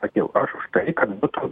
sakiau aš už tai kad būtų